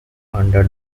under